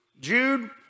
Jude